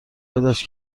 پیداش